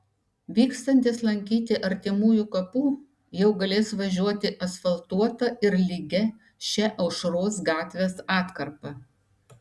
vykstantys lankyti artimųjų kapų jau galės važiuoti asfaltuota ir lygia šia aušros gatvės atkarpa